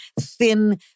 thin